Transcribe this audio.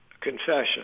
confession